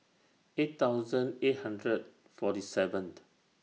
eight thousand eight hundred and forty seventh